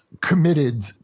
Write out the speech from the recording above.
committed